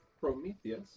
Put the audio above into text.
Prometheus